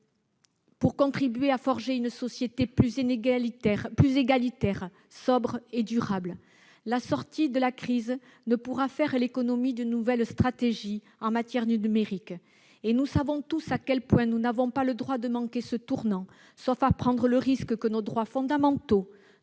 pour contribuer à forger une société plus égalitaire, sobre et durable. La sortie de crise ne pourra faire l'économie d'une nouvelle stratégie en matière numérique, et nous savons tous à quel point nous n'avons pas le droit de manquer ce tournant, sauf à prendre le risque que nos droits fondamentaux,